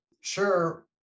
sure